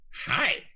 Hi